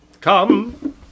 Come